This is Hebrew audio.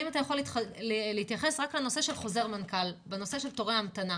אם אתה יכול להתייחס רק לנושא של חוזר מנכ"ל בנושא של תורי המתנה.